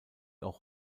auch